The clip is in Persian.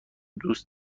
دوست